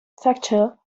fracture